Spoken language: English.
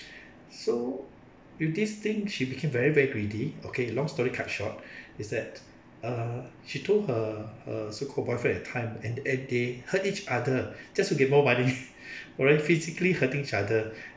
so with this thing she became very very greedy okay long story cut short is that err she told her her so called boyfriend at the time and and they hurt each other just to get more money alright physically hurting each other